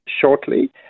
shortly